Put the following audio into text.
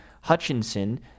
Hutchinson